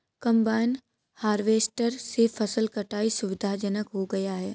combine harvester से फसल कटाई सुविधाजनक हो गया है